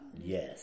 Yes